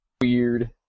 weird